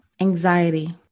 Anxiety